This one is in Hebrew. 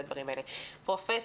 בבקשה, פרופ'